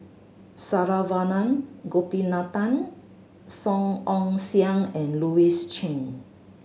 Saravanan Gopinathan Song Ong Siang and Louis Chen